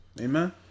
amen